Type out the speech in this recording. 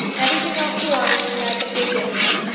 everything else belonging to me i can take with me.